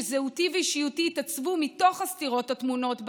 שזהותי ואישיותי התעצבו מתוך הסתירות הטמונות בה,